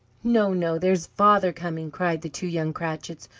no, no! there's father coming! cried the two young cratchits,